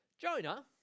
Jonah